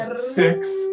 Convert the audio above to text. six